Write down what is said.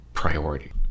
priority